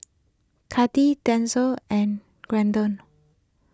Kati Denzel and Glendon